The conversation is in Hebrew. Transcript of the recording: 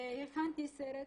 הכנתי סרט,